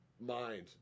mind